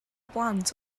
blant